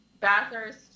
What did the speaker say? Bathurst